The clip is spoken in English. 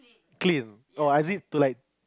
clean or is it to like